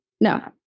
No